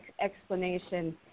explanation